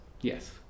Yes